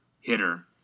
hitter